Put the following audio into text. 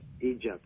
Egypt